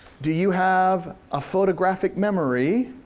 do you have a photographic memory,